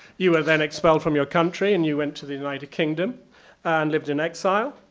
you were then expelled from your country and you went to the united kingdom and lived in exile.